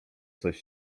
coś